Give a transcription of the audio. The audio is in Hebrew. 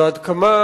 ועד כמה